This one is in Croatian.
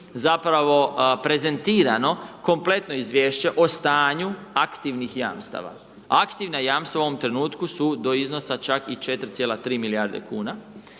zapravo prezentirano kompletno izvješće o stanju aktivnih jamstava. Aktivna jamstva u ovom trenutku su do iznosa čak 4,3 milijarde kn.